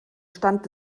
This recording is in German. stand